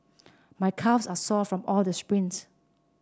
my calves are sore from all the sprints